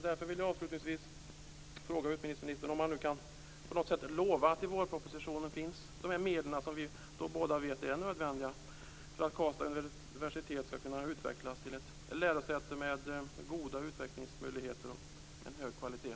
Jag vill avslutningsvis fråga utbildningsministern om han kan lova att det i vårpropositionen finns de medel som vi båda vet är nödvändiga för att Karlstad universitet skall kunna utvecklas till ett lärosäte med goda utvecklingsmöjligheter och en hög kvalitet.